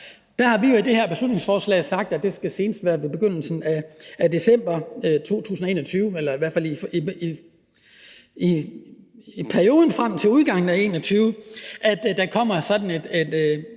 derfor har vi i det her beslutningsforslag sagt, at det senest skal være i begyndelsen af december 2021 eller i hvert fald i perioden frem til udgangen af 2021, at der kommer sådan en